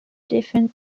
defense